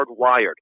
hardwired